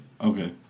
Okay